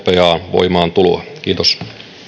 voimaantuloa kiitos